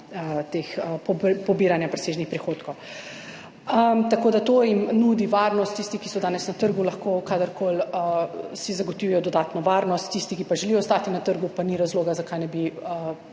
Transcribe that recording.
pobiranja presežnih prihodkov. Tako da jim to nudi varnost. Tisti, ki so danes na trgu, si lahko kadarkoli zagotovijo dodatno varnost, tisti, ki pa želijo ostati na trgu, pa ni razloga, zakaj ne bi